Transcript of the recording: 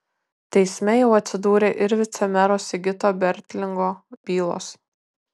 teisme jau atsidūrė ir vicemero sigito bertlingo bylos